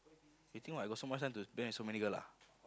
you think what I got so much time to spend with so many girl ah